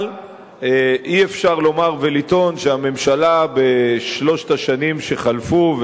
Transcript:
אבל אי-אפשר לומר ולטעון שהממשלה בשלוש השנים שחלפו,